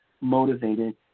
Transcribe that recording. motivated